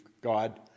God